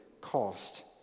cost